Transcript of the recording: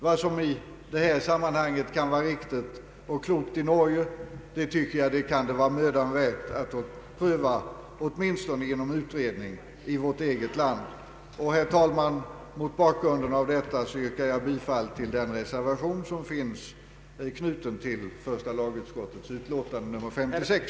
Vad som i detta sammanhang kan vara riktigt och klokt i Norge kan enligt min mening vara mödan värt att pröva åtminstone genom en utredning i vårt eget land. Herr talman! Mot bakgrunden härav yrkar jag bifall till den reservation som fogats till första lagutskottets utlåtande nr 56.